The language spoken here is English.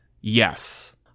Yes